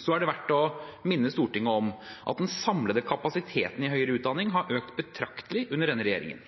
Så er det verdt å minne Stortinget om at den samlede kapasiteten i høyere utdanning har økt betraktelig under denne regjeringen.